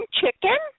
chicken